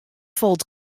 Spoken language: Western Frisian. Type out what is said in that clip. falt